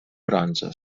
bronze